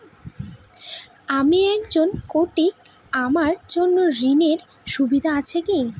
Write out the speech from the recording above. আমি একজন কট্টি আমার জন্য ঋণের সুবিধা আছে কি?